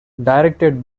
directed